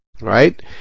Right